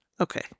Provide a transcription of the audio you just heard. Okay